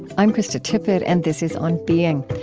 i'm krista tippett, and this is on being.